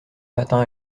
matin